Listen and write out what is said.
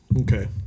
Okay